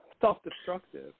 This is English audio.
self-destructive